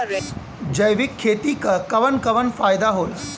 जैविक खेती क कवन कवन फायदा होला?